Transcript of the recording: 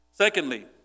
Secondly